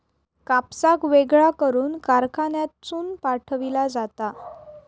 कापसाक वेगळा करून कारखान्यातसून पाठविला जाता